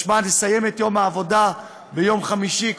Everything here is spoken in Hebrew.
משמע נסיים את יום העבודה ביום חמישי,